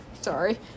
sorry